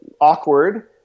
awkward